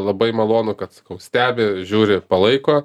labai malonu kad kol stebi žiūri palaiko